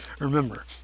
remember